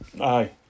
Aye